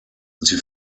sie